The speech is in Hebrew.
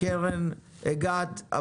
קרן ברק.